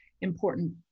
important